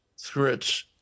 threats